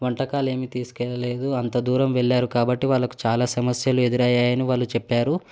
వంటకాలు ఏమి తీసుకెళ్ళలేదు అంత దూరం వెళ్ళారు కాబట్టి వాళ్ళకు చాలా సమస్యలు ఎదురయ్యాయని వాళ్ళు చెప్పారు